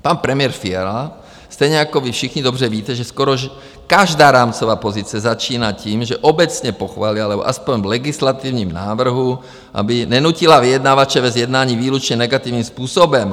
Pan premiér Fiala, stejně jako vy všichni, dobře víte, že skoro každá rámcová pozice začíná tím, že obecně pochválí, ale aspoň v legislativním návrhu, aby nenutila vyjednavače ve sjednání výlučně negativním způsobem.